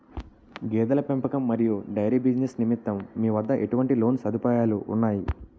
గేదెల పెంపకం మరియు డైరీ బిజినెస్ నిమిత్తం మీ వద్ద ఎటువంటి లోన్ సదుపాయాలు ఉన్నాయి?